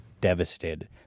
devastated